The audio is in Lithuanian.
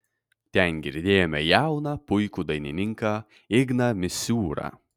ten girdėjome jauną puikų dainininką igną misiūrą